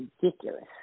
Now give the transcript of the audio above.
ridiculous